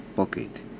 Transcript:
Pocket